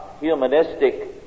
humanistic